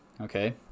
Okay